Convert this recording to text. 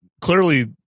clearly